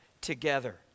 together